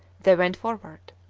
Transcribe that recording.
they went forward.